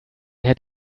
had